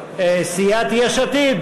ולשבת.